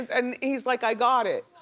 and he's like, i got it.